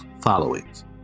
followings